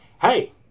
hey